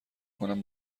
کنم